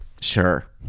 Sure